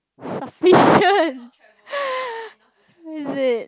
sufficient is it